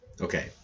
Okay